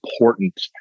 important